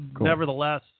nevertheless